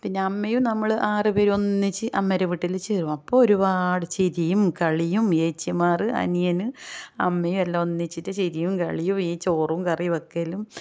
പിന്നെ അമ്മയും നമ്മൾ ആറുപേരും ഒന്നിച്ച് അമ്മേരെ വീട്ടിൽ ചേരും അപ്പോൾ ഒരുപാട് ചിരിയും കളിയും ചേച്ചിമാർ അനിയൻ അമ്മയുമെല്ലാം ഒന്നിച്ചിട്ട് ചിരിയും കളിയും ചോറും കറിയും വെക്കലും